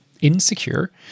insecure